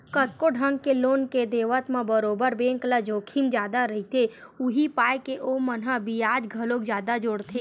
कतको ढंग के लोन के देवत म बरोबर बेंक ल जोखिम जादा रहिथे, उहीं पाय के ओमन ह बियाज घलोक जादा जोड़थे